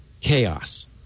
chaos